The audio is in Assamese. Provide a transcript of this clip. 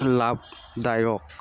লাভ দায়ক